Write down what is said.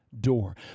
door